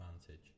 advantage